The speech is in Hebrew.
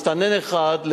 מסתנן אחד,